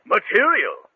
Material